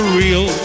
real